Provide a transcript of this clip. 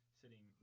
sitting –